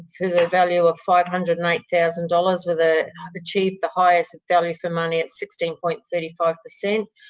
the value of five hundred and eight thousand dollars with a have achieved the highest value for money at sixteen point three five per cent.